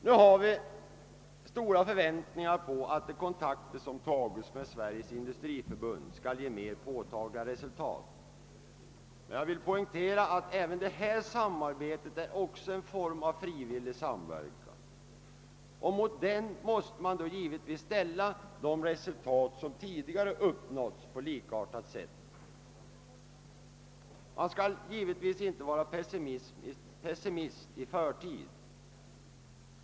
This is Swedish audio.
Nu har vi stora förväntningar på att de kontakter som tagits med Sveriges industriförbund skall ge mer påtagliga resultat, men jag vill poängtera att även detta samarbete är en form av frivillig samverkan, och mot det måste man givetvis ställa de resultat som tidigare uppnåtts på likartat sätt. Man skall givetvis inte vara pessimist i förtid.